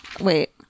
Wait